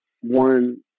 One